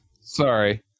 Sorry